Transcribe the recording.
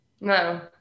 No